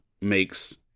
makes